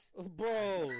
Bro